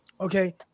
okay